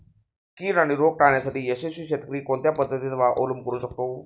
कीड आणि रोग टाळण्यासाठी यशस्वी शेतकरी कोणत्या पद्धतींचा अवलंब करू शकतो?